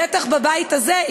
בטח בבית הזה,